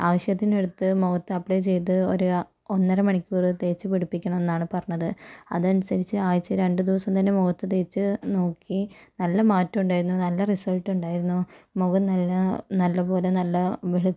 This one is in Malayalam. ആവശ്യത്തിന് എടുത്ത് മുഖത്ത് അപ്ലൈ ചെയ്ത് ഒര് ഒന്നര മണിക്കൂറ് തേച്ചു പിടിപ്പിക്കണം എന്നാണ് പറഞ്ഞത് അതനുസരിച്ച് ആഴ്ചയിൽ രണ്ടു ദിവസം തന്നെ മുഖത്ത് തേച്ച് നോക്കി നല്ല മാറ്റുണ്ടായിരുന്നു നല്ല റിസൾട്ടുണ്ടായിരുന്നു മുഖം നല്ല നല്ലപോലെ നല്ല